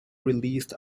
released